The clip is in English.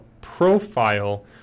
profile